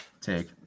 take